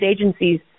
agencies